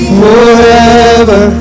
forever